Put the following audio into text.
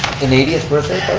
an eightieth birthday